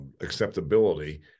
acceptability